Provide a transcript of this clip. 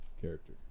character